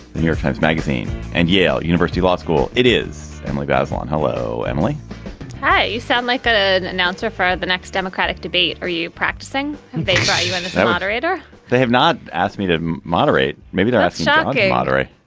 new york times magazine and yale university law school. it is emily bazelon. hello emily hi. you sound like but ah an announcer for the next democratic debate. are you practicing they invite you in. and so moderator they have not asked me to moderate. maybe there are some yeah ah moderate